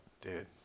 Dude